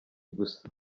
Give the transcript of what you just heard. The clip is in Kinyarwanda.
gusa